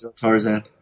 Tarzan